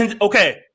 Okay